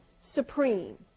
supreme